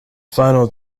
final